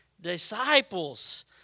disciples